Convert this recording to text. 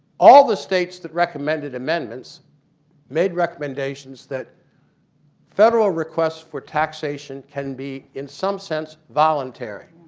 all of the states that recommended amendments made recommendations that federal requests for taxation can be in some sense voluntary.